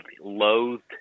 loathed